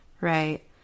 Right